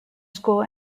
school